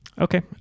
Okay